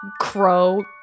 crow